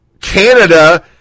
Canada